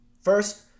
First